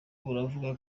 buravuga